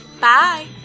Bye